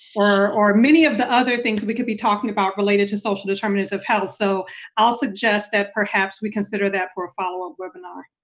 or or many of the other things we could be talking about related to social determinants of health. so i'll suggest that perhaps we consider that for a follow-up webinar.